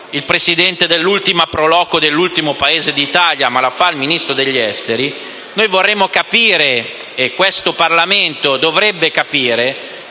il presidente dell'ultima Pro Loco dell'ultimo Paese d'Italia, ma il Ministro degli affari esteri, vorremmo capire - e questo Parlamento dovrebbe capire